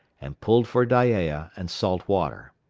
and pulled for dyea and salt water.